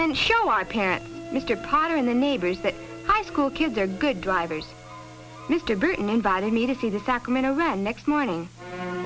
our parents mr potter and the neighbors that high school kids are good drivers mr burton invited me to see the sacramento wren next morning